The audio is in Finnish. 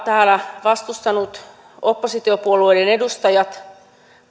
täällä vastustaneet oppositiopuolueiden edustajat